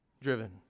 driven